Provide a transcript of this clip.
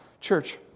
Church